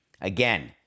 Again